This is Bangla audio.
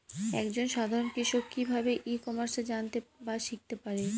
এক জন সাধারন কৃষক কি ভাবে ই কমার্সে জানতে বা শিক্ষতে পারে?